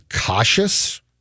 cautious